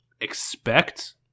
expect